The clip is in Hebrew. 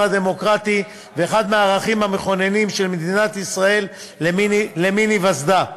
הדמוקרטי ואחד מהערכים המכוננים של מדינת ישראל למן היווסדה.